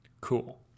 cool